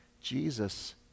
Jesus